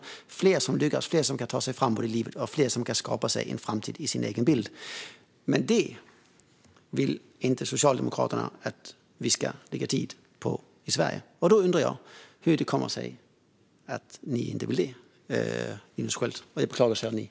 Vi får fler som lyckas, fler som kan ta sig fram i livet och fler som kan skapa sig en framtid. Detta vill inte Socialdemokraterna att vi ska lägga tid på i Sverige. Jag undrar hur det kommer sig att ni inte vill det, Linus Sköld.